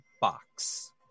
box